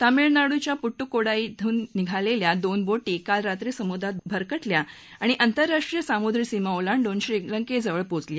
तामीळनाडूच्या पुडुकाट्टेटाई डून निघालेल्या दोन बोटी काल रात्री समुद्रात भरकटल्या आणि आंतरराष्ट्रीय सामुद्रीसीमा ओलांडून श्रीलंकेजवळ पोचल्या